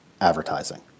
advertising